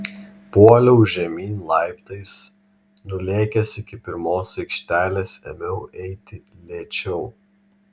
puoliau žemyn laiptais nulėkęs iki pirmos aikštelės ėmiau eiti lėčiau